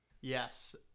Yes